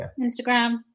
Instagram